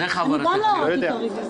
אז איך עבר --- אני גם לא הורדתי את הרוויזיה.